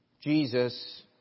Jesus